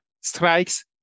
strikes